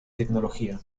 tecnología